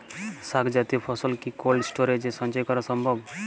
শাক জাতীয় ফসল কি কোল্ড স্টোরেজে সঞ্চয় করা সম্ভব?